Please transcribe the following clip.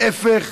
ההפך,